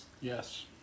Yes